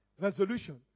resolution